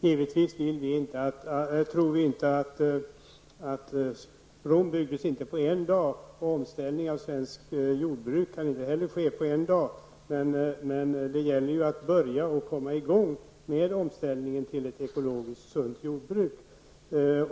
Fru talman! Rom byggdes inte på en dag. Omställning av svenskt jordbruk kan inte heller ske på en dag. Men det gäller att börja och komma i gång med omställningen till ett ekologiskt sunt jordbruk.